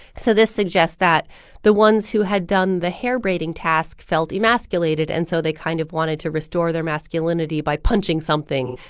so this suggests that the ones who had done the hair braiding task felt emasculated, and so they kind of wanted to restore their masculinity by punching something,